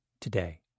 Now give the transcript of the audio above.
today